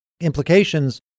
implications